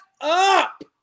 up